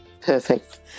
Perfect